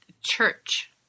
church